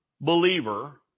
believer